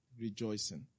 rejoicing